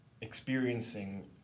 experiencing